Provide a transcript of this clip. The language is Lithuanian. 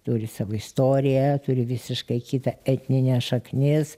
turi savo istoriją turi visiškai kitą etninę šaknis